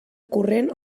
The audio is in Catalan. corrent